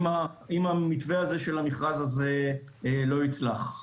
אם המתווה הזה של המכרז הזה לא יצלח.